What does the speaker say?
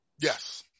Yes